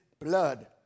blood